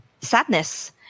sadness